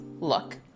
look